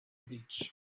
beach